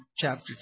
chapter